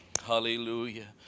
Hallelujah